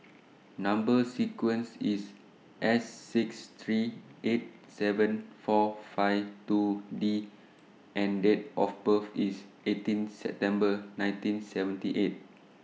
Number sequence IS S six three eight seven four five two D and Date of birth IS eighteen September nineteen seventy eight